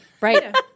Right